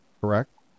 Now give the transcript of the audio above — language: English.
correct